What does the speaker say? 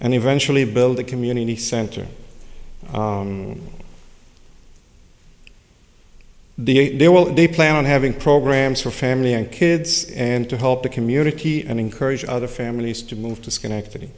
and eventually build a community center the a well they plan on having programs for family and kids and to help the community and encourage other families to move to schenectady